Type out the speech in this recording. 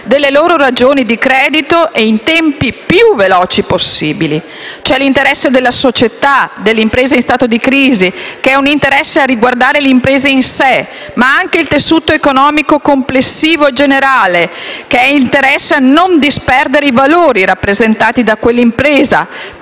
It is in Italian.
delle loro ragioni di credito e in tempi più veloci possibili. È inoltre presente l'interesse della società, dell'impresa in stato di crisi, che riguarda l'impresa in sé, ma anche il tessuto economico complessivo generale, che è interessato a non disperdere i valori rappresentati da quell'impresa,